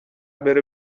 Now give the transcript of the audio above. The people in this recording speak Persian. بره